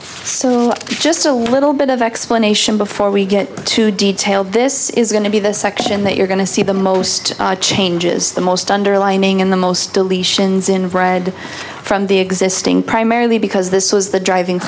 so just a little bit of explanation before we get to details this is going to be the section that you're going to see the most changes the most underlining in the most deletions in read from the existing primarily because this was the driving